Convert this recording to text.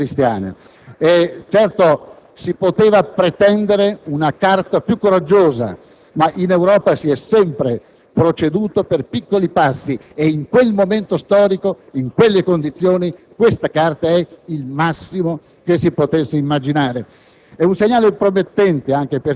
europea. Certamente si poteva pretendere una Carta più coraggiosa, ma in Europa si è sempre proceduto per piccoli passi e in quel momento storico e in quelle condizioni è il massimo che si potesse immaginare.